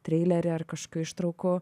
treilerį ar kažkokių ištraukų